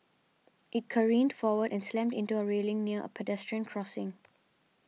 it careened forward and slammed into a railing near a pedestrian crossing